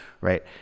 right